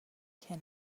que